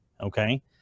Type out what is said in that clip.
okay